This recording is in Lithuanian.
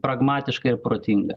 pragmatiška ir protinga